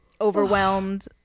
overwhelmed